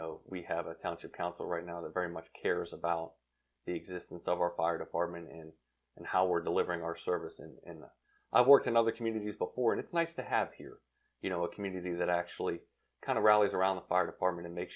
know we have a township council right now the very much cares about the existence of our fire department and and how we're delivering our service and i work in other communities before and it's nice to have here you know a community that actually kind of rallies around the fire department and make